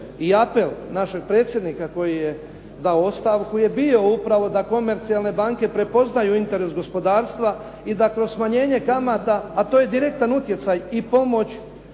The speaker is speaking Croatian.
i apel našeg predsjednika koji je dao ostavku je bio upravo da komercijalne banke prepoznaju interes gospodarstva i da kroz smanjenje kamata, a to je direktan utjecaj i pomoć